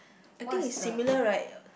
I think it's similar right